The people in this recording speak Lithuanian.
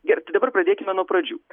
gerai tai dabar pradėkime nuo pradžių